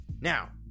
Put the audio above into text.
now